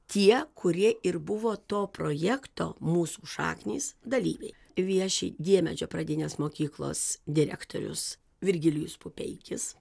tie kurie ir buvo to projekto mūsų šaknys dalyviai vieši diemedžio pradinės mokyklos direktorius virgilijus pupeikis